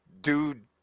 Dude